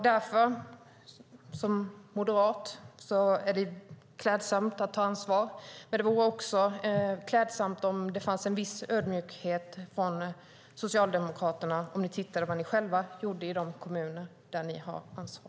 Det är klädsamt att ta ansvar som moderat, men det vore klädsamt om det också fanns en viss ödmjukhet från Socialdemokraterna om ni ser på vad ni själva gör i de kommuner där ni har ansvar.